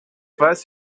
weiß